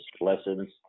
lessons